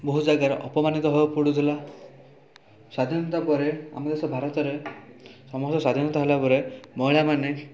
ବହୁତ ଯାଗାରେ ଅପମାନିତ ହେବାକୁ ପଡ଼ୁଥିଲା ସ୍ୱାଧୀନତା ପରେ ଆମ ଦେଶ ଭାରତରେ ସମସ୍ତେ ସ୍ୱାଧୀନ ହେଲା ପରେ ମହିଳାମାନେ